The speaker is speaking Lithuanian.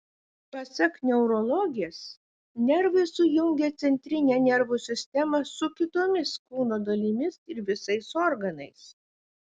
pasak neurologės nervai sujungia centrinę nervų sistemą su kitomis kūno dalimis ir visais organais